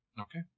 Okay